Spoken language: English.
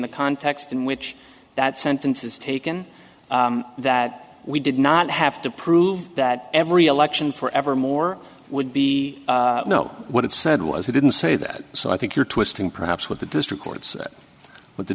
the context in which that sentence is taken that we did not have to prove that every election forevermore would be no what it said was he didn't say that so i think you're twisting perhaps what the district courts with the